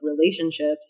relationships